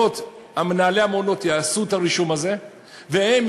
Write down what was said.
ומנהלי המעונות יעשו את הרישום הזה ויגישו